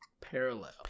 parallel